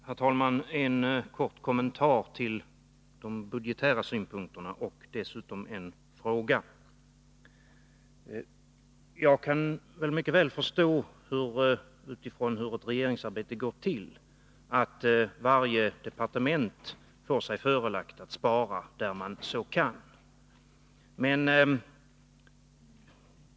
Herr talman! Jag vill göra en kort kommentar till de budgetära synpunkterna och dessutom ställa en fråga. Jag kan mycket väl förstå, utifrån min vetskap om hur regeringsarbetet går till, att varje departement får sig förelagt att spara där det är möjligt.